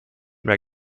mehr